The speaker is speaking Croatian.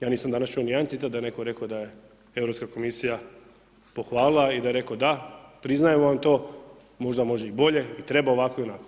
Ja nisam danas čuo niti jedan citat da je netko rekao da je Europska komisija pohvalila i da je rekao da, priznajemo vam to, možda može i bolje i treba ovako i onako.